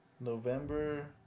November